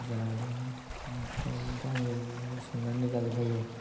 जादों ओमफ्राय आङो संनानै जाजोबखायो